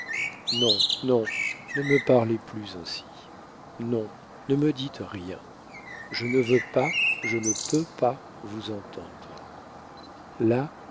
non non ne me parlez plus ainsi non ne me dites rien je ne veux pas je ne peux pas vous entendre là